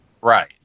Right